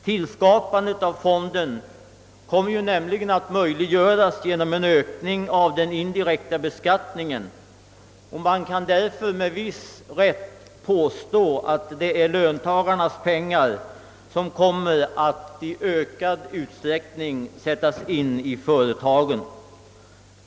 Tillskapandet av fonden kommer nämligen att möjliggöras genom en ökad indirekt beskattning, och därför kan man med viss rätt påstå att det är löntagarnas pengar som kommer att sättas in i företagen i ökad utsträckning.